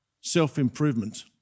self-improvement